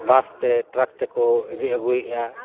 ᱵᱟᱥ ᱛᱮ ᱴᱨᱟᱠ ᱛᱮᱠᱚ ᱤᱫᱤ ᱟᱹᱜᱩᱭᱮᱫᱟ